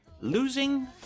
Losing